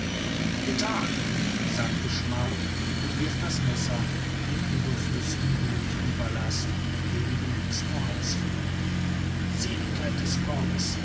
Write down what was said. getan sagt schmar und wirft das messer den überflüssigen blutigen ballast gegen die nächste hausfront seligkeit des mordes